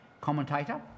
commentator